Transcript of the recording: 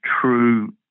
true